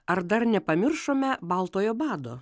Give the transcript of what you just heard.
ar dar nepamiršome baltojo bado